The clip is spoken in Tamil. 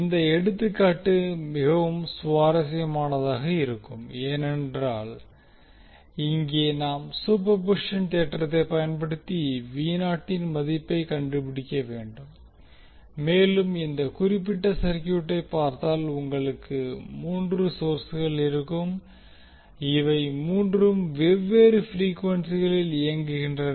இந்த எடுத்துக்காட்டு மிகவும் சுவாரஸ்யமாக இருக்கும் ஏனென்றால் இங்கே நாம் சூப்பர்பொசிஷன் தேற்றத்தைப் பயன்படுத்தி இன் மதிப்பைக் கண்டுபிடிக்க வேண்டும் மேலும் இந்த குறிப்பிட்ட சர்க்யூட்டை பார்த்தால் உங்களுக்கு மூன்று சோர்ஸ்கள் சோர்ஸ் இருக்கும் இவை மூன்றும் வெவ்வேறு ப்ரீக்வென்சிகளில் இயங்குகின்றன